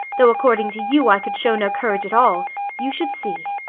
though according to you i could shew no courage at all you should see,